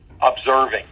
observing